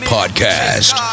Podcast